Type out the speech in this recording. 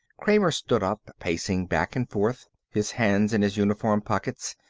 kramer stood up, pacing back and forth, his hands in his uniform pockets.